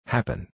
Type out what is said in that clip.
Happen